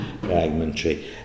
fragmentary